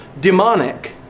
demonic